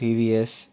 TVS